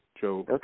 Joe